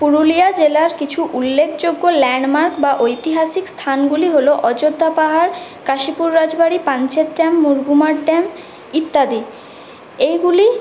পুরুলিয়া জেলার কিছু উল্লেখযোগ্য ল্যান্ডমার্ক বা ঐতিহাসিক স্থানগুলি হলো অযোধ্যা পাহাড় কাশীপুর রাজবাড়ি পাঞ্চেত ড্যাম মুরগুমার ড্যাম ইত্যাদি এইগুলি